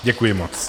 Děkuji moc.